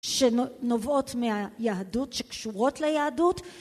שנובעות מהיהדות שקשורות ליהדות